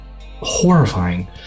horrifying